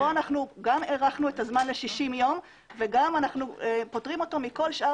כאן אנחנו גם הארכנו את הזמן ל-60 ימים וגם פוטרים אותו מכל שאר